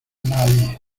nadie